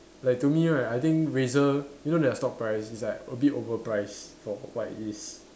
like to me right I think Razer you know their stock price it's like a bit overpriced for what it is